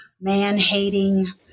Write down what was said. man-hating